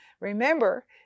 Remember